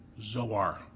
Zoar